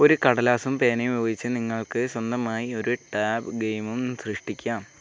ഒരു കടലാസും പേനയും ഉപയോഗിച്ച് നിങ്ങൾക്ക് സ്വന്തമായി ഒരു ടാബ് ഗെയിമും സൃഷ്ടിക്കാം